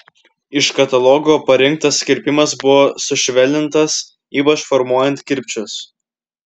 iš katalogo parinktas kirpimas buvo sušvelnintas ypač formuojant kirpčius